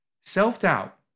Self-doubt